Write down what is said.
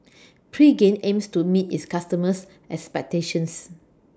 Pregain aims to meet its customers' expectations